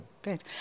Great